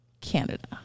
Canada